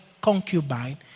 concubine